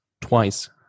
twice